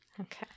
Okay